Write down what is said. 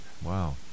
Wow